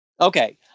Okay